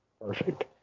perfect